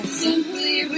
simply